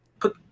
put